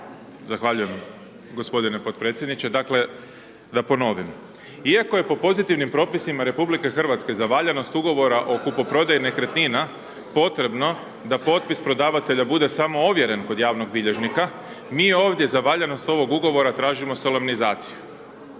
Zahvaljujem gospodine podpredsjedniče, dakle, da ponovim, iako je po pozitivnim propisima RH za valjanost Ugovora o kupoprodaji nekretnina potrebno da potpis prodavatelja bude samo ovjeren kod javnog bilježnika, mi ovdje za valjanost ovog Ugovora tražimo solemnizaciju,